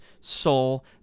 soul